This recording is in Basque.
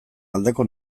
aldeko